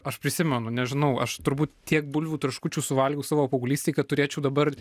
aš prisimenu nežinau aš turbūt tiek bulvių traškučių suvalgiau savo paauglystėj kad turėčiau dabar